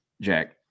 Jack